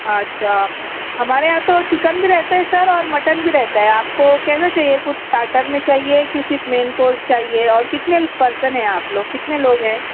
اچھا ہمارے یہاں تو چکن بھی رہتا ہے سر اور مٹن بھی رہتا ہے آپ کو کیسا چاہیے کچھ اسٹارٹر میں چاہیے کہ صرف مین کورس چاہیے اور کتنے پرسن ہیں آپ لوگ کتنے لوگ ہیں